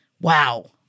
wow